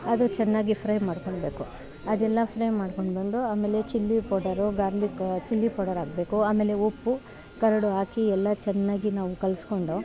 ಅದು ಚೆನ್ನಾಗಿ ಫ್ರೈ ಮಾಡ್ಕೋಳ್ಬೇಕು ಅದೆಲ್ಲ ಫ್ರೈ ಮಾಡ್ಕೊಂಡ್ಬಂದು ಆಮೇಲೆ chilli powder garlic chilli powder ಹಾಕ್ಬೇಕು ಆಮೇಲೆ ಉಪ್ಪು ಕರಡು ಹಾಕಿ ಎಲ್ಲ ಚೆನ್ನಾಗಿ ನಾವು ಕಲೆಸ್ಕೊಂಡು